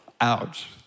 Ouch